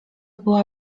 była